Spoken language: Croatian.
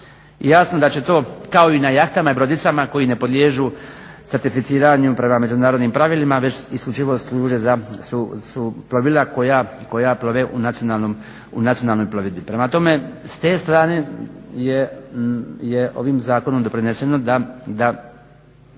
Jasno da će to kao i na jahtama i brodicama koji ne podliježu cetrificiranju prema međunarodnim pravilima već isključivo služe za, su plovila koja plove u nacionalnoj plovidbi. Prema tome, s te strane je ovim Zakonom doprineseno da